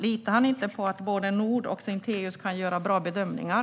Litar han inte på att både Nord och Sintéus kan göra bra bedömningar?